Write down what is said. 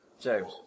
James